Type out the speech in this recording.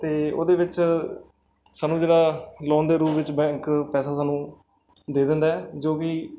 ਅਤੇ ਉਹਦੇ ਵਿੱਚ ਸਾਨੂੰ ਜਿਹੜਾ ਲੋਨ ਦੇ ਰੂਪ ਵਿੱਚ ਬੈਂਕ ਪੈਸਾ ਸਾਨੂੰ ਦੇ ਦਿੰਦਾ ਜੋ ਕਿ